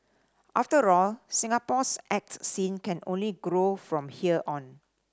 after all Singapore's art scene can only grow from here on